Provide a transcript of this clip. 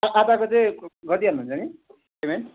आधाको चाहिँ गरिदिई हाल्नुहुन्छ नि पेमेन्ट